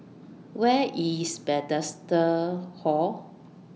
Where IS Bethesda Hall